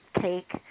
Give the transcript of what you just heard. cake